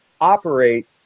operate